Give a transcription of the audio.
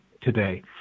today